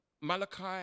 malachi